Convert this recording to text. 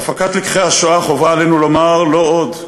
בהפקת לקחי השואה חובה עלינו לומר: לא עוד,